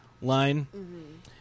line